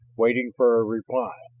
waiting for a reply.